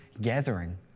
gathering